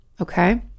Okay